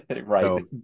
right